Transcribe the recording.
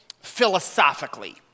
philosophically